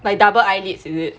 like double eyelids is it